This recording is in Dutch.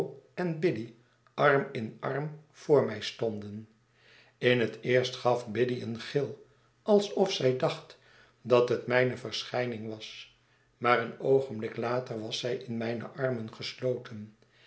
en biddy arm in arm voor mij stonden in het eerst gaf biddy een gil alsof zij dacht dat het mijne verschijning was maar een oogenblik later was zij in mijne armen gesloten